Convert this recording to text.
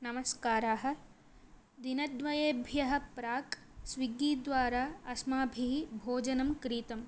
नमस्काराः दिनद्वयेभ्यः प्राक् स्विग्गीद्वारा अस्माभिः भोजनं क्रीतम्